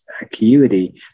acuity